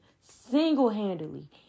single-handedly